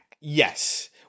Yes